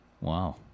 Wow